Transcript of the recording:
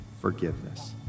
forgiveness